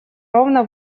ровно